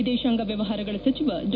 ವಿದೇಶಾಂಗ ವ್ಯವಹಾರಗಳ ಸಚಿವ ಡಾ